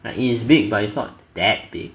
like it is big but it's not that big